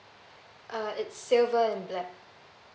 uh it's silver and black